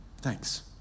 Thanks